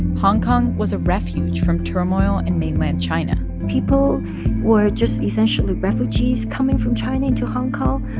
hong kong was a refuge from turmoil in mainland china people were just, essentially, refugees coming from china into hong kong.